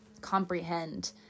comprehend